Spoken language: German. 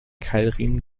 keilriemen